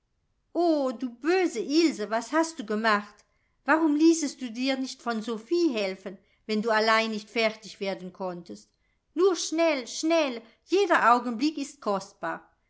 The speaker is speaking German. o du böse ilse was hast du gemacht warum ließest du dir nicht von sofie helfen wenn du allein nicht fertig werden konntest nur schnell schnell jeder augenblick ist kostbar